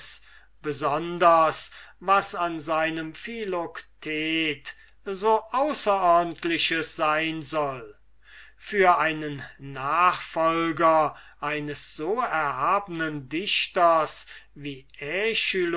insonderheit was an seinem philoktet so außerordentliches sein soll für einen nachfolger eines so erhabnen dichters wie